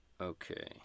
Okay